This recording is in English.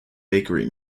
bakery